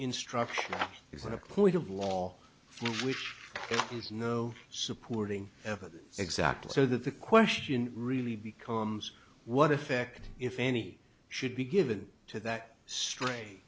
instruction isn't a point of law which has no supporting evidence exactly so that the question really becomes what effect if any should be given to that stray